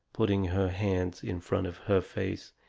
putting her hands in front of her face,